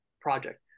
project